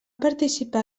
participar